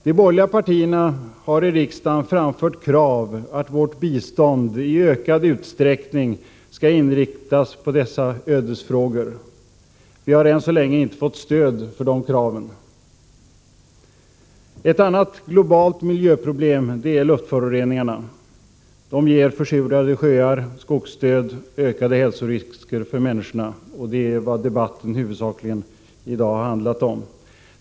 De borgerliga partierna har i riksdagen framfört krav på att vårt bistånd i ökad utsträckning skall inriktas på dessa ödesfrågor. Vi har än så länge inte fått stöd för dessa krav. Ett annat globalt miljöproblem är luftföroreningarna. De ger försurade sjöar, skogsdöd och ökade hälsorisker för människorna. Det är vad debatten i dag huvudsakligen har handlat om.